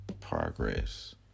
progress